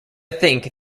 think